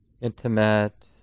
intimate